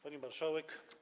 Pani Marszałek!